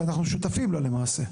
שאנחנו שותפים לה למעשה.